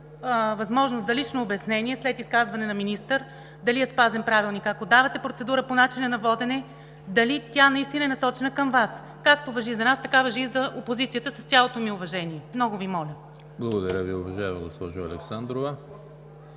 възможност за лично обяснение след изказване на министър – дали е спазен Правилникът, ако давате процедура по начина на водене – дали тя наистина е насочена към Вас, както важи за нас, така важи и за опозицията, с цялото ми уважение, много Ви моля! ПРЕДСЕДАТЕЛ ЕМИЛ ХРИСТОВ: Благодаря Ви, уважаема госпожо Александрова.